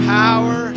power